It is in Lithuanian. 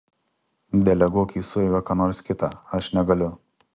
deleguok į sueigą ką nors kitą aš negaliu